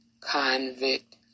convict